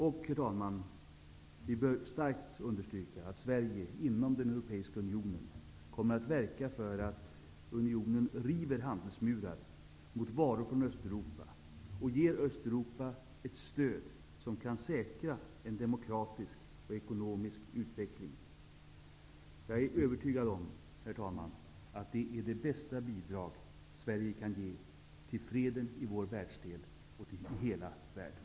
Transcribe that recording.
Och vi bör starkt understryka att Sverige inom den europeiska unionen kommer att verka för att unionen river handelsmurar mot varor från Östeuropa och ger Östeuropa ett stöd som kan säkra en demokratisk och ekologisk utveckling. Jag är övertygad om, herr talman, att det är det bästa bidrag Sverige kan ge till freden i vår världsdel och i hela världen.